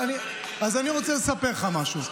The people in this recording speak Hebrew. אני רוצה לספר לך משהו.